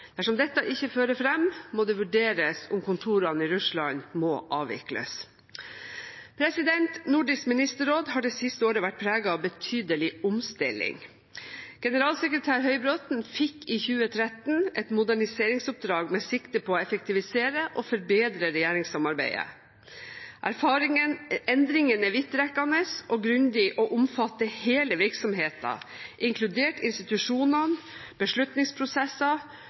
Dersom dette ikke fører fram, må det vurderes om kontorene i Russland må avvikles. Nordisk ministerråd har det siste året vært preget av betydelig omstilling. Generalsekretær Høybråten fikk i 2013 et moderniseringsoppdrag med sikte på å effektivisere og forbedre regjeringssamarbeidet. Endringene er vidtrekkende og grundige og omfatter hele virksomheten, inkludert institusjonene, beslutningsprosesser